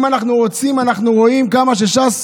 אם אנחנו רוצים, אנחנו רואים כמה שש"ס